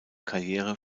karriere